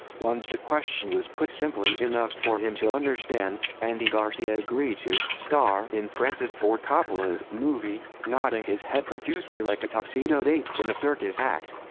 once the question was put simply enough for him to understand, andy garcia agreed to star in francis ford coppola's movie, nodding his head profusely like a tuxedo'd ape in a circus act.